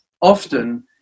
often